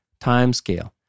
timescale